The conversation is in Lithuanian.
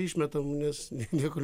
išmetam nes niekur